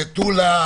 מטולה,